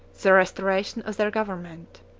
the restoration of their government.